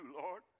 Lord